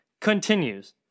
continues